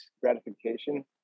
gratification